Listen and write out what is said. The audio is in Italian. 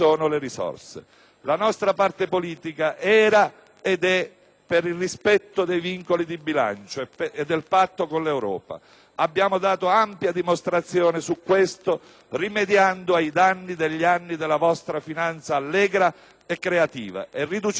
La nostra parte politica era ed è per il rispetto dei vincoli di bilancio e del patto con l'Europa. Abbiamo dato ampia dimostrazione su questo rimediando ai danni degli anni della vostra finanza allegra e creativa e riducendo deficit e debito.